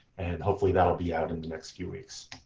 and hopefully, that'll be out in the next few weeks.